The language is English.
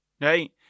right